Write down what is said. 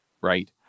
right